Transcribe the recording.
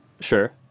Sure